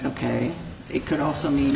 ok it could also mean